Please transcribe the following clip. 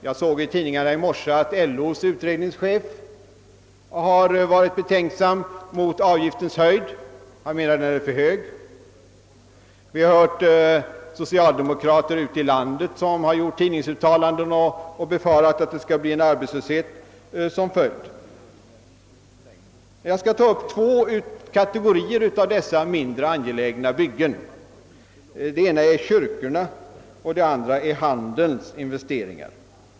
Jag såg i tidningarna i morse att LO:s utredningschef har varit betänksam mot avgiftens storlek. Han anser att den är för hög. Vi har hört socialdemokrater ute i landet som har gjort tidningsuttalanden i vilka de befarat att det skall bli en arbetslöshet som följd. Jag skall ta upp två kategorier av dessa mindre angelägna byggen. Den ena är kyrkorna och den andra handelns investeringar.